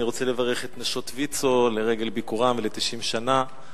אני רוצה לברך את נשות ויצו לרגל ביקורן ול-90 שנה.